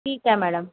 ठीक आहे मॅडम